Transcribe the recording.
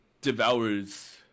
devours